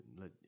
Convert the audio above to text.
let